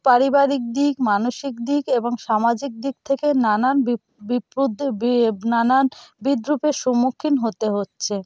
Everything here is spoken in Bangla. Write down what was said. পারিবারিক দিক মানসিক দিক এবং সামাজিক দিক থেকে নানান নানান বিদ্রুপের সম্মুখীন হতে হচ্ছে